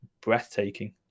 breathtaking